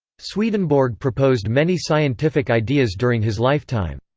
swedenborg proposed many scientific ideas during his lifetime.